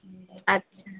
আচ্ছা